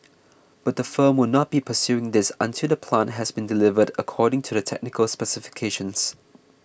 but the firm will not be pursuing this until the plant has been delivered according to the technical specifications